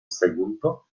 segundo